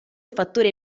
fattore